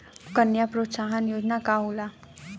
कन्या प्रोत्साहन योजना का होला?